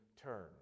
turn